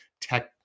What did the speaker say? tech